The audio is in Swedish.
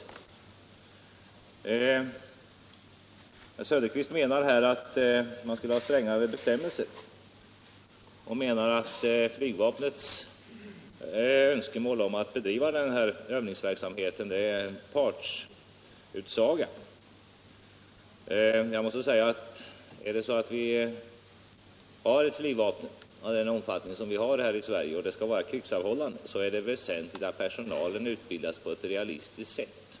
Herr Söderqvist menar att vi skall ha strängare bestämmelser och säger att flygvapnets uttalanden om nödvändigheten av att bedriva denna övningsverksamhet är en partsutsaga. Har vi ett flygvapen av den omfattning som vi har här i landet och skall det vara krigsavhållande är det väsentligt att personalen utbildas på ett realistiskt sätt.